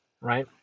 right